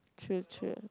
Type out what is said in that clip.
true true